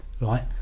right